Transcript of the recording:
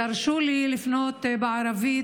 תרשו לי לפנות בערבית.